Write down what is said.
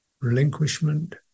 relinquishment